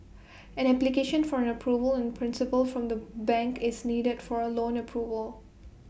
an application for an approval in principle from the bank is needed for loan approval